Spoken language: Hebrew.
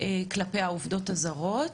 כלפי העובדות הזרות.